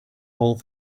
all